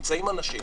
נמצאים אנשים,